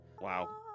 Wow